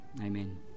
Amen